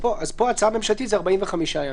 ההצעה הממשלתית היא 45 ימים.